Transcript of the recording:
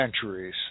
centuries